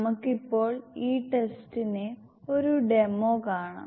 നമുക്ക് ഇപ്പോൾ ഈ ടെസ്റ്റിന്റെ ഒരു ഡെമോ കാണാം